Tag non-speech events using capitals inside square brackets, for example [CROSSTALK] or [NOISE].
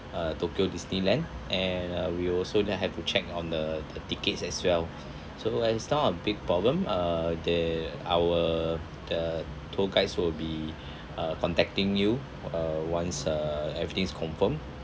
uh tokyo Disneyland and uh we also then have to check on the the tickets as well [BREATH] so like it's not a big problem uh the our the tour guides will be [BREATH] uh contacting you uh once uh everything's confirmed